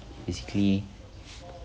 basically